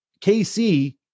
KC